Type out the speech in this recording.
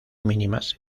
mínimas